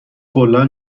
کلا